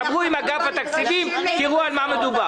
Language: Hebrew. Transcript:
דברו עם אגף התקציבים ותראו על מה מדובר.